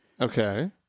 Okay